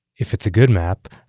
if it's a good map,